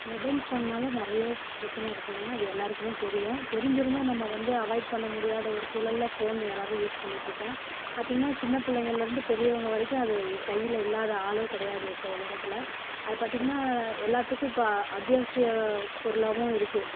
mobile ஃபோன்னால் நிறைய பிரச்சின இருக்குங்க அது எல்லோருக்குமே தெரியும் தெரிஞ்சிருந்தும் நம்ம வந்து அவாய்ட் பண்ண முடியாத ஒரு சூழலில் ஃபோன் எல்லோரும் யூஸ் பண்ணிட்டுருக்கோம் பார்த்தீங்கன்னா சின்னப் பிள்ளைங்கள்லருந்து பெரியவங்க வரைக்கும் அது கையில் இல்லாத ஆளே கிடையாது இப்போ உலகத்தில் அது பார்த்தீங்கன்னா எல்லாத்துக்கும் இப்போ அத்தியாவசிய பொருளாகவும் இருக்குது